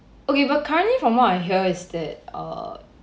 okay but currently from what I hear is that err